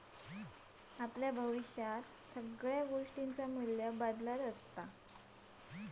भविष्यात सगळ्या गोष्टींचा मू्ल्य बदालता